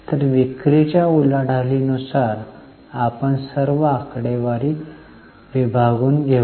तर विक्रीच्या उलाढालीनुसार आपण सर्व आकडेवारी विभागून घेऊ